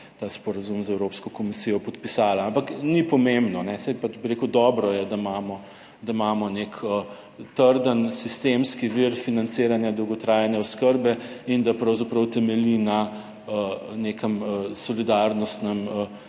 ta sporazum z Evropsko komisijo podpisala. Ampak ni pomembno, saj pač, bi rekel, dobro je, da imamo, da imamo nek trden sistemski vir financiranja dolgotrajne oskrbe in da pravzaprav temelji na nekem solidarnostnem